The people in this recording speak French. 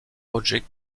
roger